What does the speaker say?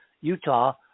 Utah